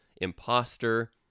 Imposter